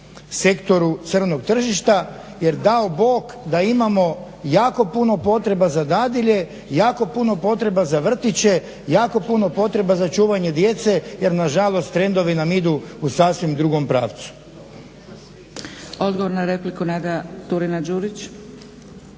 sektoru crnog tržišta jer dao Bog da imamo jako puno potreba za dadilje, jako puno potreba za vrtiće, jako puno potreba za čuvanje djece jer nažalost trendovi nam idu u sasvim drugom pravcu. **Zgrebec, Dragica (SDP)** Odgovor na repliku, Nada Turina-Đurić.